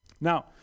Now